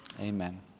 amen